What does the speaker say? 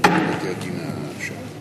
לוועדת החוץ והביטחון נתקבלה.